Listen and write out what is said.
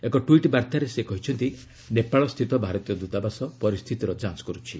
ଏକ ଟ୍ୱିଟ୍ ବାର୍ଭାରେ ସେ କହିଛନ୍ତି ନେପାଳ ସ୍ଥିତ ଭାରତୀୟ ଦୂତାବାସ ପରିସ୍ଥିତିର ଯାଞ୍ଚ କରୁଛି